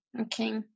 Okay